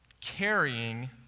carrying